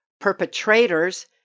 perpetrators